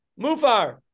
Mufar